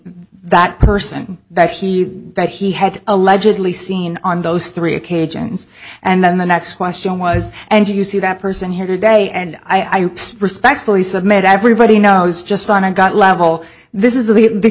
that person that he that he had allegedly seen on those three occasions and then the next question was and you see that person here today and i expressed speckly said made everybody knows just on a gut level this is the big